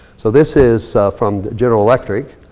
so this is from general electric.